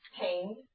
pain